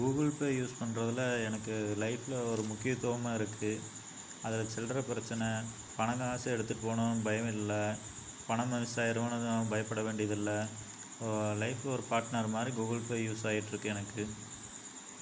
Google Pay use பண்றதில் எனக்கு லைஃப்ல ஒரு முக்கியத்துவமாக இருக்குது அதில் சில்லற பிரச்சனை பணம் காசு எடுத்துகிட்டு போகணும் பயம் இல்லை பணம் மிஸ் ஆயிரும்னு எதுவும் பயப்பட வேண்டியதில்லை லைஃப்ல ஒரு பார்ட்னர் மாதிரி கூகுள் பே யூஸ் ஆகிட்டு இருக்குது எனக்கு